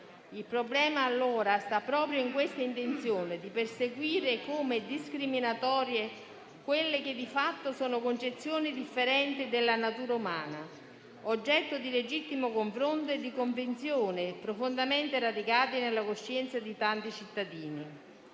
Il problema allora sta proprio in questa intenzione di perseguire come discriminatorie quelle che di fatto sono concezioni differenti della natura umana, oggetto di legittimo confronto e di convinzioni profondamente radicate nella coscienza di tanti cittadini.